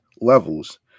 levels